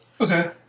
Okay